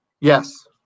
Yes